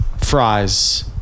fries